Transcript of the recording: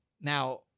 Now